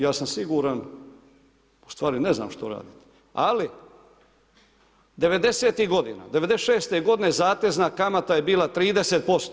Ja sam siguran, ustvari ne znam što radite ali 90-ih godina, '96. godine zatezna kamata je bila 30%